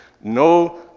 No